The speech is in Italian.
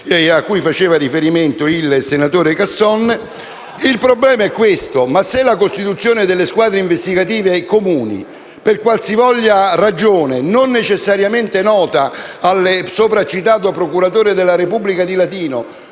cui faceva il riferimento il senatore Casson. Il problema allora è questo; se la costituzione delle squadre investigative comuni, per qualsivoglia ragione, non necessariamente nota al sopra citato procuratore della Repubblica di Larino,